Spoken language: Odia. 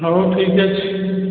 ହଉ ଠିକ୍ ଅଛି